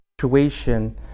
situation